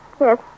yes